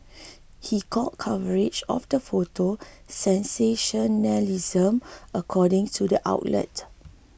he called coverage of the photo sensationalism according to the outlet